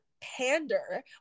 pander